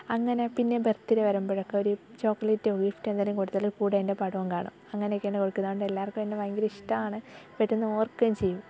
അങ്ങനെ പിന്നെ ബിർത്ത് വരുമ്പോഴൊക്കെ ഒരു ചോക്ലേറ്റോ ഗിഫ്റ്റോ എന്തേലും കൊടുത്താലും കൂടെ എൻ്റെ പടവും കാണും അങ്ങനെയൊക്കെയാണ് കൊടുക്കുന്നത് അതുകൊണ്ട് എല്ലാവർക്കും എന്നെ ഭയങ്കര ഇഷ്ടമാണ് പെട്ടെന്ന് ഓർക്കുകയും ചെയ്യും